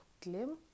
glim